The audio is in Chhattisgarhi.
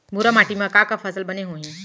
भूरा माटी मा का का फसल बने होही?